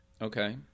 Okay